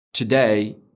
Today